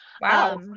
Wow